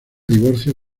divorcio